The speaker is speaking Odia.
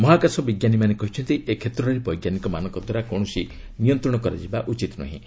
ମହାକାଶ ବିଜ୍ଞାନୀମାନେ କହିଛନ୍ତି ଏ କ୍ଷେତ୍ରରେ ବୈଜ୍ଞାନିକମାନଙ୍କ ଦ୍ୱାରା କୌଣସି ନିୟନ୍ତ୍ରଣ କରାଯିବା ଉଚିତ ନୁହେଁ